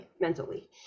mentally